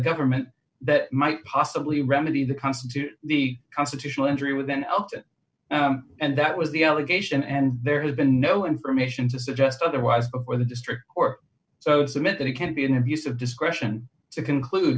government that might possibly remedy the constitute the constitutional injury with an open and that was the allegation and there has been no information to suggest otherwise or the district court so submitted it can be an abuse of discretion to conclude